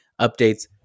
updates